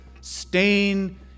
stain